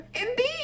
Indeed